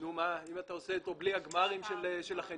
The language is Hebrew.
אם אתה עושה את זה בלי הגמרים של החניון.